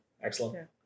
Excellent